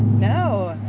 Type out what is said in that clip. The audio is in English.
no